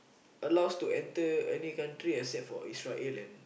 allows to enter any country except for Israel and